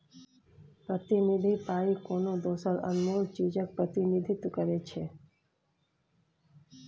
प्रतिनिधि पाइ कोनो दोसर अनमोल चीजक प्रतिनिधित्व करै छै